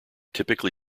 typically